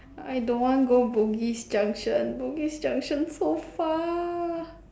I don't want go Bugis junction Bugis junction so far